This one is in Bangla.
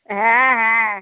হ্যাঁ হ্যাঁ